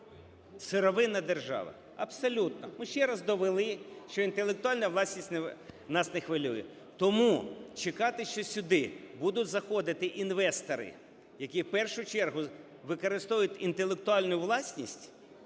сировинна держава, абсолютно. Ми ще раз довели, що інтелектуальна власність нас не хвилює. Тому чекати, що сюди будуть заходити інвестори, які в першу чергу використовують інтелектуальну власність,